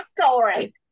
story